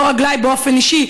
לא רגליי באופן אישי,